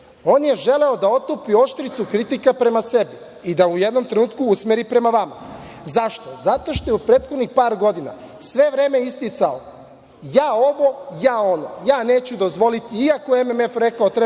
on je želeo da otopi oštricu kritika prema sebi i da u jednom trenutku usmeri prema vama.Zašto? Zato što je u prethodnih par godina sve vreme isticao, ja ovo, ja ono, ja neću dozvoliti iako je MMF rekao treba